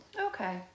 Okay